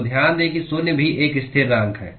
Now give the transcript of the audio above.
तो ध्यान दें कि शून्य भी एक स्थिरांक है